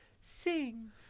sing